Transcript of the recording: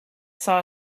saw